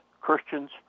Christians